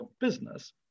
Business